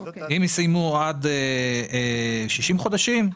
אם סיימו עד 60 חודשים,